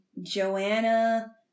Joanna